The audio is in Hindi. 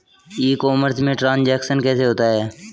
ई कॉमर्स में ट्रांजैक्शन कैसे होता है?